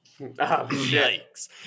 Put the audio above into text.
yikes